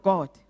God